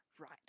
right